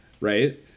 right